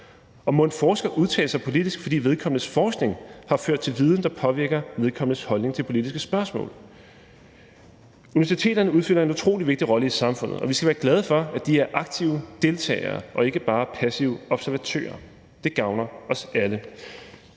Og må en forsker udtale sig politisk, hvis vedkommendes forskning har ført til viden, der påvirker vedkommendes holdning til politiske spørgsmål? Universiteterne udfylder en utrolig vigtig rolle i samfundet, og vi skal være glade for, at de er aktive deltagere og ikke bare passive observatører. Det gavner os alle.